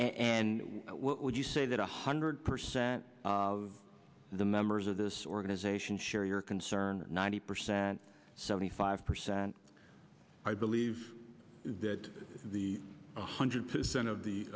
and what would you say that a hundred percent of the members of this organization share your concern ninety percent seventy five percent i believe that the one hundred percent of the